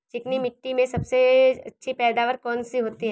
चिकनी मिट्टी में सबसे अच्छी पैदावार कौन सी होती हैं?